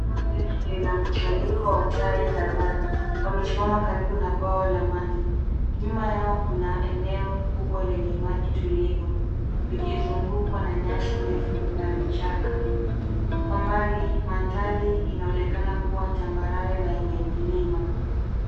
Bonde lina mkusanyiko wa Tai kadhaa, wamesimama karibu na bwawa la maji. Nyuma yao kuna eneo kubwa lenye maji tulivu likizungukwa na nyasi ndefu na vichaka. Kwa mbali mandhari inaonekana kuwa tambarare na yenye milima.